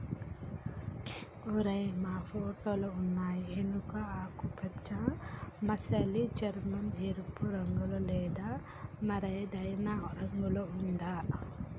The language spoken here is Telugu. ఓరై మా ఫోటోలో ఉన్నయి ఎనుక ఆకుపచ్చ మసలి చర్మం, ఎరుపు రంగులో లేదా మరేదైనా రంగులో ఉందా